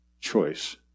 choice